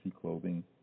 Clothing